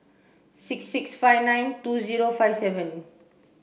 six six five nine two zero five seven